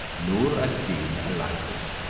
noor ad deen alighted,